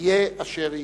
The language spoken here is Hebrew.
יהיה אשר יהיה.